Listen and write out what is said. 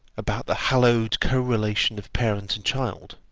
about the hallowed co-relation of parent and child,